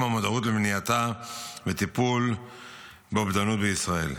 המודעות למניעתה וטיפול באובדנות בישראל.